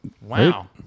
Wow